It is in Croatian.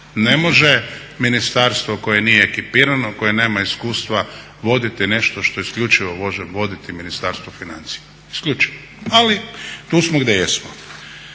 Ne može ministarstvo koje nije ekipirano, koje nema iskustva voditi nešto što je isključivo može voditi Ministarstvo financija, isključivo. Ali tu smo gdje jesmo.